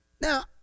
Now